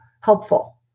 helpful